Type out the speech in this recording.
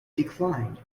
declined